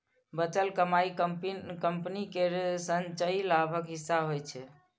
बचल कमाइ कंपनी केर संचयी लाभक हिस्सा होइ छै